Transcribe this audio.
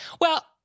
Well-